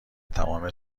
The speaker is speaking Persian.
تمام